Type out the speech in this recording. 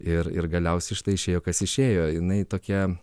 ir ir galiausiai štai išėjo kas išėjo jinai tokia